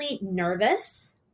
nervous